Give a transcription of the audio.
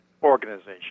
organization